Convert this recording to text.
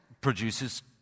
produces